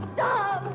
Stop